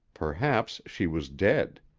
perhaps she was dead.